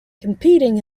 competing